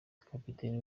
kapiteni